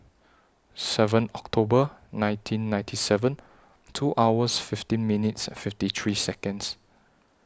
seven October nineteen ninety seven two hours fifteen minutes and fifty three Seconds